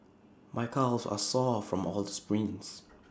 my calves are sore from all the sprints